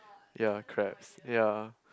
ya crabs ya